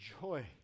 joy